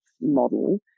model